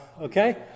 Okay